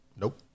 Nope